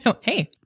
Hey